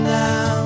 now